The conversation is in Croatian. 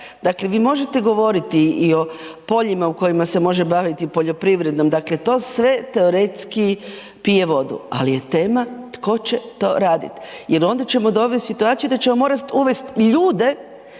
Dakle, vi možete govoriti i o poljima u kojima se može baviti poljoprivredom, dakle to sve teoretski pije vodu ali je tema tko će to raditi jer onda ćemo dovesti u situaciju da ćemo morat uvest ljude